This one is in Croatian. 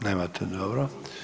Nemate, dobro.